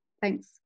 Thanks